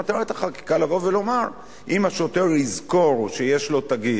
מטרת החקיקה לבוא ולומר שאם השוטר יזכור שיש לו תגית,